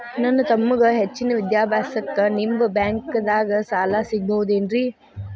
ನನ್ನ ತಮ್ಮಗ ಹೆಚ್ಚಿನ ವಿದ್ಯಾಭ್ಯಾಸಕ್ಕ ನಿಮ್ಮ ಬ್ಯಾಂಕ್ ದಾಗ ಸಾಲ ಸಿಗಬಹುದೇನ್ರಿ?